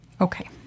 Okay